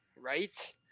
right